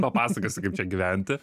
papasakosiu kaip čia gyventi